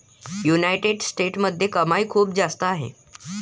United स्टेट्समध्ये कमाई खूप जास्त आहे